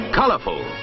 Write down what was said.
colorful